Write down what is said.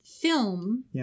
film